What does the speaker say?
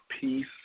peace